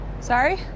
Sorry